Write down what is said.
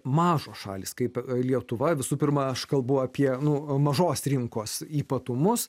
mažos šalys kaip lietuva visų pirma aš kalbu apie nu mažos rinkos ypatumus